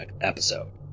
episode